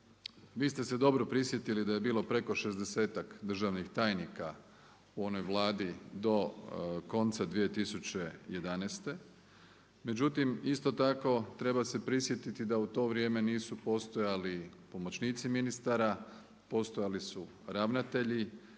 vi ste se dobro prisjetili da je bilo preko 60-ak državnih tajnika u onoj Vladi do konca 2011. Međutim isto tako treba se prisjetiti da u to vrijeme nisu postojali pomoćnici ministara, postojali su ravnatelji,